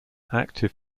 active